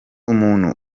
umuntu